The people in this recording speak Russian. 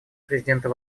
президента